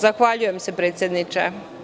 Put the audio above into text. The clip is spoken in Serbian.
Zahvaljujem se predsedniče.